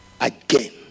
again